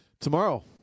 tomorrow